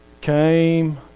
came